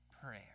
prayer